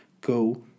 go